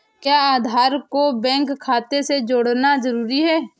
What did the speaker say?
क्या आधार को बैंक खाते से जोड़ना जरूरी है?